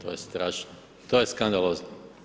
To je strašno, to je skandalozno!